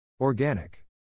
Organic